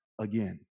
again